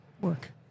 work